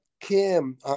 Kim